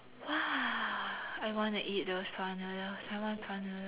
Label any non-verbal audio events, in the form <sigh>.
<noise> I want to eat those prawn noodles I want prawn noodles